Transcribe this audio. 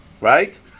right